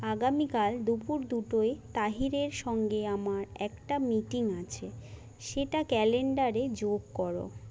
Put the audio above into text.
আগামীকাল দুপুর দুটোয় তাহিরের সঙ্গে আমার একটা মিটিং আছে সেটা ক্যালেন্ডারে যোগ করো